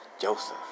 Joseph